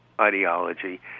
ideology